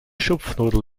schupfnudeln